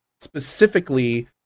specifically